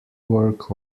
work